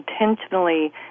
intentionally